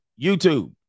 YouTube